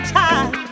time